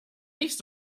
nicht